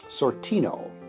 Sortino